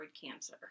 cancer